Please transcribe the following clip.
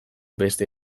beste